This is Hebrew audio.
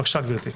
בבקשה, גברתי.